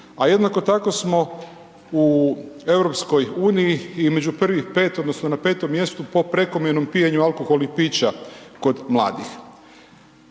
jednako tako smo u EU između prvih 5 odnosno na 5 mjestu po pijenju alkoholnih pića kod mladih.